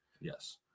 Yes